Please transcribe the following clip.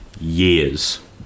years